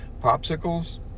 Popsicles